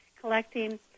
collecting